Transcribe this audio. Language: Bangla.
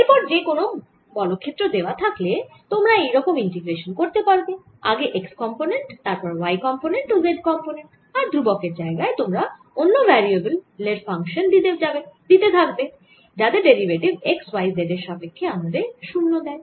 এরপর যে কোন বল ক্ষেত্র দেওয়া থাকলে তোমরা এই রকম ইন্টিগ্রেশান করতে পারবে আগে x কম্পোনেন্ট তারপর y কম্পোনেন্ট ও z কম্পোনেন্ট আর ধ্রুবকের জায়গায় তোমরা অন্য ভ্যারিয়েবল এর ফাংশান দিতে থাকবে যাদের ডেরিভেটিভ x y z এর সাপেক্ষ্যে আমাদের শূন্য দেয়